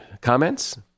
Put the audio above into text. comments